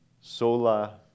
Sola